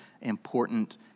important